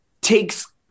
takes